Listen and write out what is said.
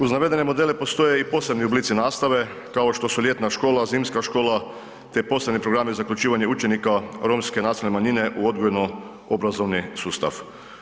Uz navedene modele postoje i posebni oblici nastave kao što su ljetna škola, zimska škola te posebni programi za uključivanje učenika romske nacionalne manjine u odgojno obrazovni sustav.